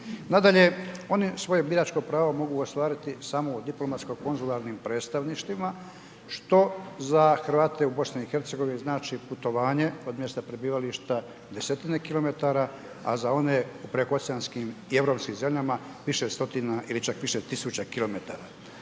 Nadalje, oni svoje biračko pravo mogu ostvariti samo u diplomatsko konzularnim predstavništvima, što za Hrvate u BiH znači putovanje od mjesta prebivališta desetine kilometara, a za one u prekooceanskim i europskim zemljama, više stotina ili čak više tisuća kilometara.